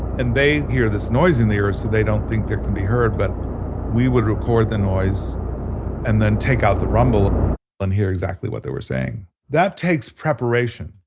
and they hear this noise in the air, so they don't think they can be heard, but we would record the noise and then take out the rumble and hear exactly what they were saying that take preparation,